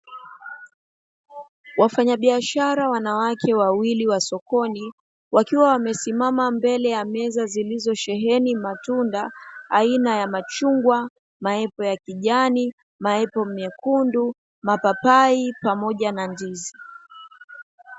Wafanya biashara wanawake wawili wa sokoni wakiwa wamesimama mbele ya meza zilizosheheni matunda, aina ya machungwa, ,maepo ya kijani, maepo mekundu, mapapai pamoja na ndizi.